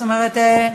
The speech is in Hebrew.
זאת אומרת,